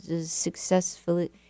successfully